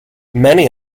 many